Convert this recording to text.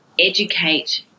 educate